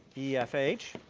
e, f, h.